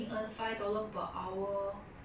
ya that's why 他们就是讲为什么